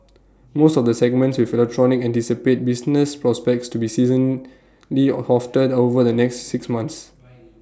most of the segments within electronics anticipate business prospects to be seasonally of over the next six months